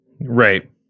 Right